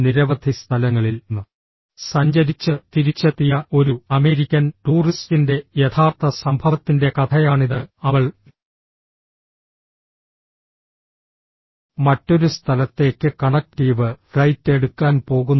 നിരവധി സ്ഥലങ്ങളിൽ സഞ്ചരിച്ച് തിരിച്ചെത്തിയ ഒരു അമേരിക്കൻ ടൂറിസ്റ്റിന്റെ യഥാർത്ഥ സംഭവത്തിന്റെ കഥയാണിത് അവൾ മറ്റൊരു സ്ഥലത്തേക്ക് കണക്റ്റീവ് ഫ്ലൈറ്റ് എടുക്കാൻ പോകുന്നു